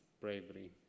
bravery